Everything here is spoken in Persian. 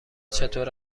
چطور